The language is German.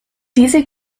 diese